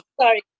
sorry